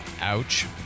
Ouch